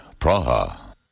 Praha